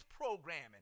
programming